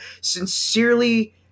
sincerely